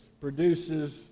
produces